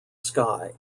sky